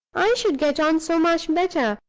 i should get on so much better,